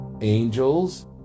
Angels